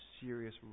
Serious